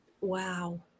wow